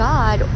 God